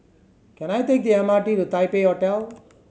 can I take the M R T to Taipei Hotel